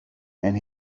and